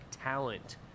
talent